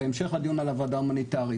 בהמשך לדיון על הוועדה ההומניטארית,